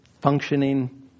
functioning